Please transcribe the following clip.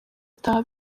ataha